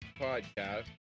podcast